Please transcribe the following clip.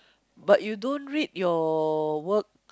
but you don't read your work